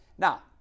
Now